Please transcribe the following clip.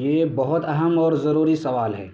یہ بہت اہم اور ضروری سوال ہے